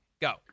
Go